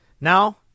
Now